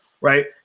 right